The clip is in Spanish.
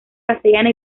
castellana